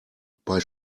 bei